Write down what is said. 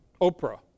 Oprah